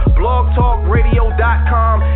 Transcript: blogtalkradio.com